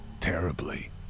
terribly